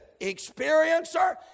experiencer